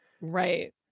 Right